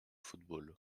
football